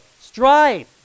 strive